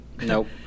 Nope